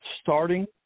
starting